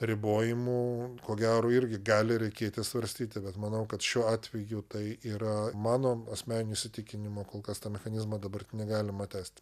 ribojimu ko gero irgi gali reikėti svarstyti bet manau kad šiuo atveju tai yra mano asmeniniu įsitikinimu kol kas to mechanizmo dabar negalima tęsti